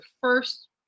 first